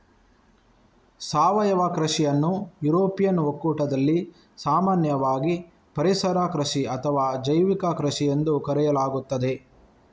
ಸಾವಯವ ಕೃಷಿಯನ್ನು ಯುರೋಪಿಯನ್ ಒಕ್ಕೂಟದಲ್ಲಿ ಸಾಮಾನ್ಯವಾಗಿ ಪರಿಸರ ಕೃಷಿ ಅಥವಾ ಜೈವಿಕ ಕೃಷಿಎಂದು ಕರೆಯಲಾಗುತ್ತದೆ